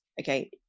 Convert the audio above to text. okay